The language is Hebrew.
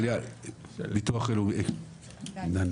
הביטוח הלאומי, דני.